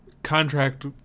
contract